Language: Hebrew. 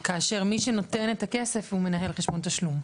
כאשר מי שנותן את הכסף הוא מנהל חשבון תשלום.